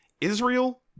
Israel